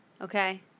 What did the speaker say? Okay